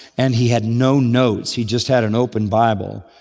and he had no notes, he just had an open bible.